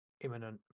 imminent